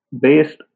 based